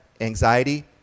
Anxiety